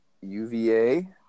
UVA